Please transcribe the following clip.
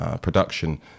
production